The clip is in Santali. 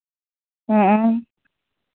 ᱦᱮᱸ